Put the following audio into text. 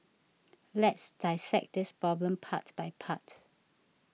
let's dissect this problem part by part